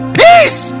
peace